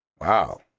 wow